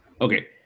Okay